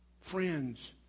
Friends